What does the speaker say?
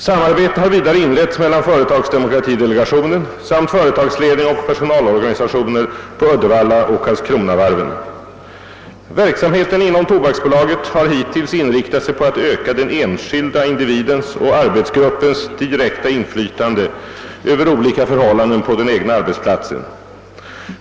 Samarbete har vidare inletts mellan företagsdemokratidelegationen samt företagsledning och personalorganisationer på Uddevallaoch Karlskronavarven. Verksamheten inom Tobaksbolaget har hittills inriktat sig på att öka den enskilda individens och arbetsgruppens direkta inflytande över olika förhållanden på den egna arbetsplatsen.